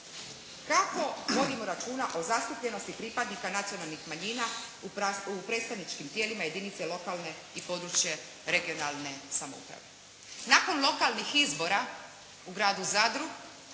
kako vodimo računa o zastupljenosti pripadnika nacionalnih manjina u predstavničkim tijelima jedinica lokalne i područne (regionalne) samouprave. Nakon lokalnih izbora u gradu Zadru,